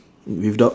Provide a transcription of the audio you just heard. without